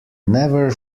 never